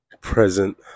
present